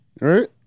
Right